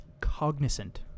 Cognizant